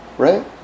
right